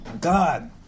God